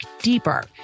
deeper